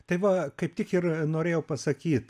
tai va kaip tik ir norėjau pasakyt